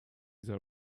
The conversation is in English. their